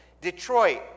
detroit